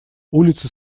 улицы